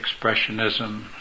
expressionism